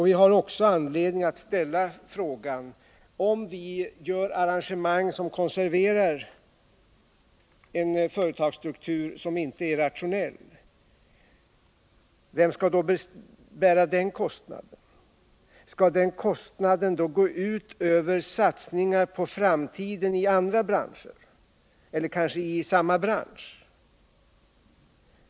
Vi har också anledning att ställa frågan: Om vi gör arrangemang som konserverar en företagsstruktur som inte är rationell, vem skall då bära den kostnaden? Skall den kostnaden gå ut över satsningar på framtiden i andra branscher eller kanske i samma bransch?